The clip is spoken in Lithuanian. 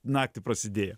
naktį prasidėjo